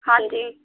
ਹਾਂਜੀ